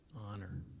Honor